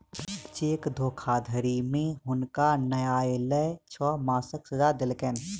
cheque धोखाधड़ी में हुनका न्यायलय छह मासक सजा देलकैन